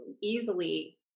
easily